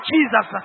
Jesus